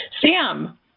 Sam